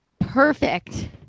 perfect